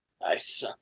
Nice